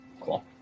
Cool